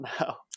now